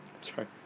Sorry